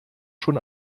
schon